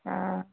हँ